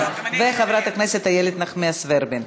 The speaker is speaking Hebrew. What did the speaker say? וחברת הכנסת איילת נחמיאס ורבין.